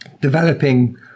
developing